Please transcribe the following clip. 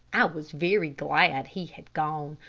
i was very glad he had gone,